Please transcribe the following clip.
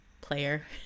player